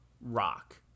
rock